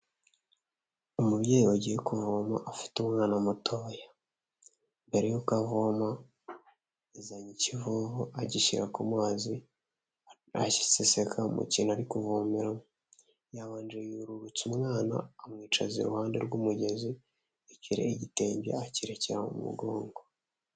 Umubyeyi wagiye kuvoma afite umwana mutoya, mbere yuko avoma yazanye ikivovo agishyira ku mazi, agiseseka umukintu ari kuvomeramo, yabanje yururutsa umwana, amwicaza iruhande rw'umugezi, ikiri igitenge akirekera mu mugongo.